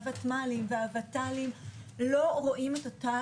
הוותמ"לים והוות"לים לא רואים את אותה